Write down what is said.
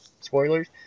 spoilers